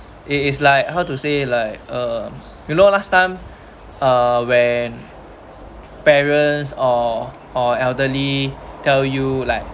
it is like how to say like um you know last time uh when parents or or elderly tell you like